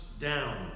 down